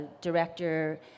director